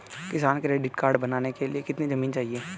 किसान credit card बनाने के लिए कितनी जमीन चाहिए?